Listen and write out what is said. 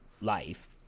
life